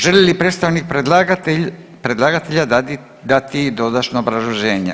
Želi li predstavnik predlagatelja dati dodatno obrazloženje?